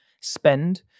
spend